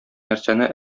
нәрсәне